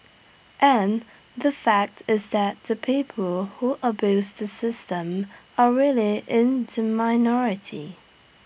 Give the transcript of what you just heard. and the fact is that the people who abuse the system are really in the minority